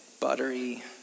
buttery